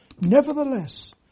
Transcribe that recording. Nevertheless